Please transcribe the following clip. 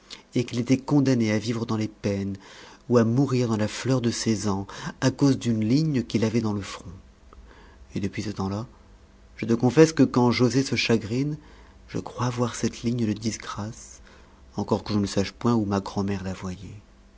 et qu'il était condamné à vivre dans les peines ou à mourir dans la fleur de ses ans à cause d'une ligne qu'il avait dans le front et depuis ce temps-là je te confesse que quand joset se chagrine je crois voir cette ligne de disgrâce encore que je ne sache point où ma grand'mère la voyait